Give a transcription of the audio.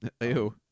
Ew